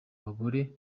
abagore